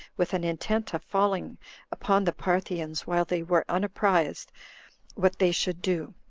with an intent of falling upon the parthians while they were unapprised what they should do